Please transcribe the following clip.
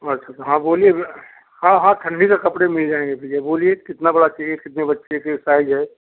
अच्छा तो हाँ बोलिए भैया हाँ हाँ थान के कपड़े मिल जाएँगे बोलिए कितना बड़ा चाहिए कितने बच्चों के साइज़ हैं